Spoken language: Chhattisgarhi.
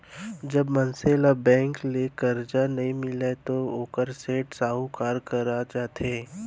जब मनसे ल बेंक ले करजा नइ मिलय तो वोहर सेठ, साहूकार करा जाथे